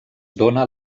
dóna